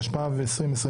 התשפ"ב 2021